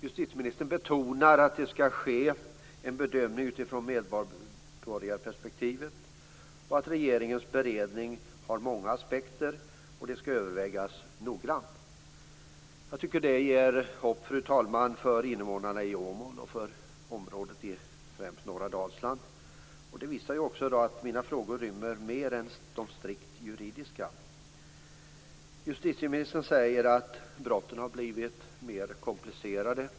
Justitieministern betonar att det skall ske en bedömning utifrån medborgarperspektivet, att regeringens beredning har många aspekter och att detta skall övervägas noggrant. Jag tycker att det ger hopp, fru talman, för invånarna i Åmål och för området i främst norra Dalsland. Det visar också att mina frågor rymmer mer än det strikt juridiska. Justitieministern säger att brotten har blivit mer komplicerade.